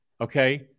Okay